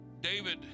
David